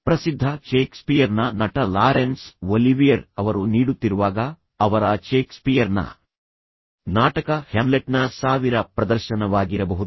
ಪ್ರಸಿದ್ಧ ಷೇಕ್ಸ್ಪಿಯರ್ನ ನಟ ಲಾರೆನ್ಸ್ ಒಲಿವಿಯರ್ ಅವರು ನೀಡುತ್ತಿರುವಾಗ ಅವರ ಷೇಕ್ಸ್ಪಿಯರ್ನ ನಾಟಕ ಹ್ಯಾಮ್ಲೆಟ್ನ ಸಾವಿರ ಪ್ರದರ್ಶನವಾಗಿರಬಹುದು